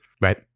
Right